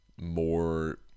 more